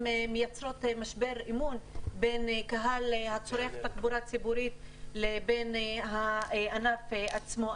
מייצרות משבר אמון בין קהל הצורך תחבורה ציבורית לבין הענף עצמו.